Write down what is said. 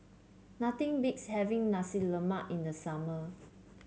nothing beats having Nasi Lemak in the summer